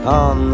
on